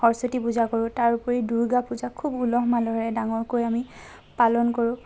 সৰস্বতী পূজা কৰোঁ তাৰ উপৰি দূৰ্গা পূজা খুব উলহ মালহেৰে ডাঙৰকৈ আমি পালন কৰোঁ